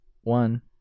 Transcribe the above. one